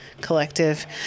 collective